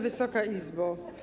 Wysoka Izbo!